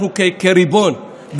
אנחנו כריבון,